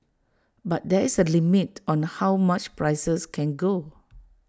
but there is A limit on how much prices can go